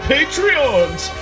Patreons